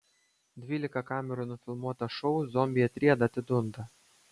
dvylika kamerų nufilmuotą šou zombiai atrieda atidunda